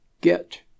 get